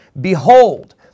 Behold